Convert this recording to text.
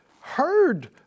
heard